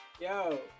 Yo